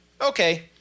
Okay